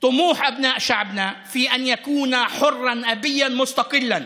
העם שלנו להיות בן חורין, גא ועצמאי.